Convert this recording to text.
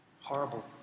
horrible